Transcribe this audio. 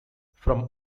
from